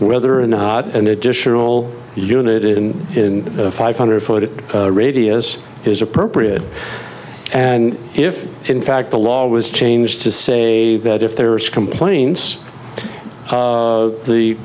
whether or not an additional unit in five hundred foot radius is appropriate and if in fact the law was changed to say that if there are complaints the the